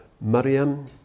Maryam